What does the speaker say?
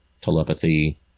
telepathy